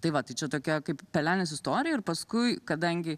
tai va tai čia tokia kaip pelenės istorija ir paskui kadangi